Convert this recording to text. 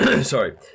Sorry